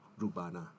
Rubana